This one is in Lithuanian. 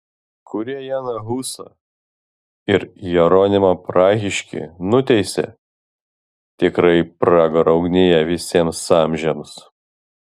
kurie janą husą ir jeronimą prahiškį nuteisė tikrai pragaro ugnyje visiems amžiams